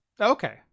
Okay